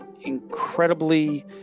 incredibly